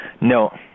No